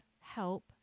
help